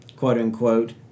quote-unquote